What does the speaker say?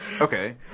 Okay